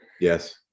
yes